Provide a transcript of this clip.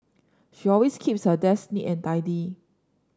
she always keeps her desk neat and tidy